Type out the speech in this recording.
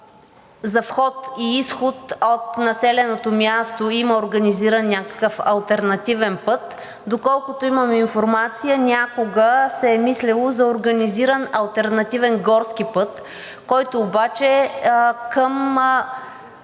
за вход и изход. От населеното място има организиран някакъв алтернативен път. Доколкото имам информация, някога се е мислело за организиран алтернативен горски път, който обаче към